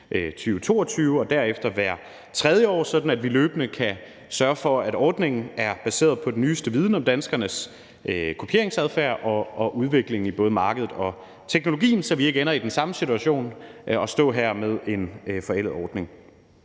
og derefter hvert tredje år, sådan at vi løbende kan sørge for, at ordningen er baseret på den nyeste viden om danskernes kopieringsadfærd og udviklingen i både markedet og teknologien, så vi ikke ender i den samme situation, nemlig at stå med en forældet ordning.